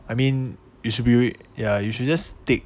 I mean it should be ya you should just take